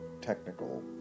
technical